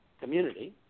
community